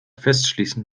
festschließen